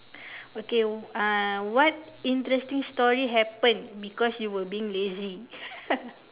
okay uh what interesting story happened because you were being lazy